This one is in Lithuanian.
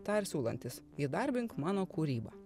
tą ir siūlantis įdarbink mano kūrybą